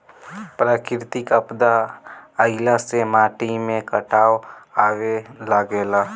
प्राकृतिक आपदा आइला से माटी में कटाव आवे लागेला